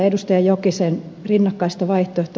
jokisen rinnakkaista vaihtoehtoa